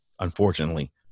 Unfortunately